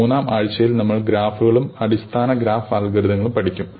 മൂന്നാം ആഴ്ചയിൽ നമ്മൾ ഗ്രാഫുകളും അടിസ്ഥാന ഗ്രാഫ് അൽഗോരിതങ്ങൾ പഠിക്കും